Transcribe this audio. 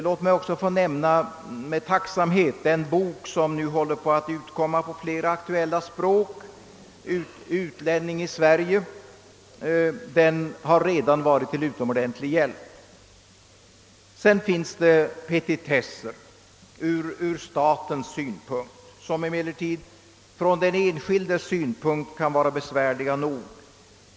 Låt mig också få nämna med tack samhet den bok som genom våra utlänningsmyndigheter nu håller på att utkomma på flera aktuella språk, Utlänning i Sverige. Den har redan varit till utomordentlig hjälp. Sedan finns det saker som är petitesser ur statens synpunkt men som för den enskilde kan vara besvärliga nog.